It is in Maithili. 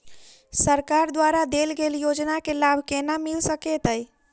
सरकार द्वारा देल गेल योजना केँ लाभ केना मिल सकेंत अई?